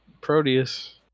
Proteus